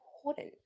important